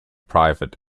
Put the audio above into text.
private